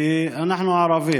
כי אנחנו ערבים,